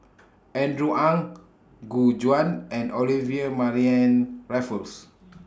Andrew Ang Gu Juan and Olivia Mariamne Raffles